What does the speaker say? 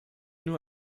nur